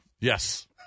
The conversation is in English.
Yes